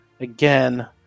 again